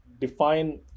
define